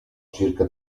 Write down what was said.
circa